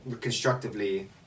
constructively